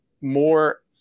more